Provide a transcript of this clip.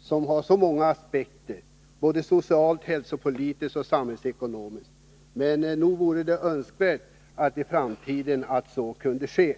som har många aspekter — sociala, hälsopolitiska och samhällsekonomiska. Men nog vore det önskvärt att i framtiden få en samlad debatt.